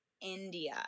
India